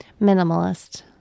Minimalist